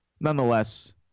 Nonetheless